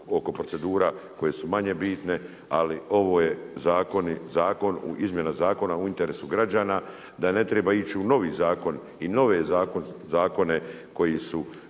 oko procedura koje su manje bitne, ali ova je izmjena zakona u interesu građana da ne triba ići u novi zakon i nove zakone koji su